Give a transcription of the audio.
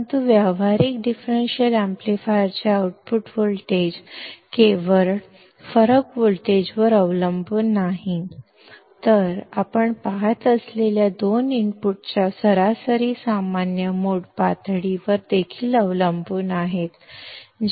ಆದರೆ ಪ್ರಾಯೋಗಿಕ ಡಿಫರೆನ್ಷಿಯಲ್ ಆಂಪ್ಲಿಫೈಯರ್ನ ಔಟ್ಪುಟ್ ವೋಲ್ಟೇಜ್ ಡಿಫರೆನ್ಸ್ ವೋಲ್ಟೇಜ್ಅನ್ನು ಅವಲಂಬಿಸಿರುವುದಲ್ಲದೆ ಎರಡು ಇನ್ಪುಟ್ಗಳ ಆವ್ರೇಜ್ ಕಾಮನ್ ಮೋಡ್ ಲೆವೆಲ್ಅನ್ನು ಅವಲಂಬಿಸಿರುತ್ತದೆ ಅದನ್ನು ನೀವು ನೋಡಬಹುದು